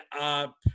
up